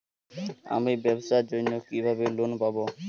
আমি ব্যবসার জন্য কিভাবে লোন পাব?